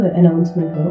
announcement